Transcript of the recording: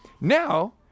Now